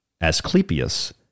Asclepius